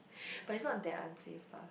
but it's not that unsafe lah